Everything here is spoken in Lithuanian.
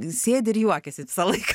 sėdi ir juokiasi visą laiką